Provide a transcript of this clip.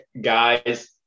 guys